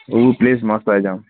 हू प्लेस मस्तु आहे जाम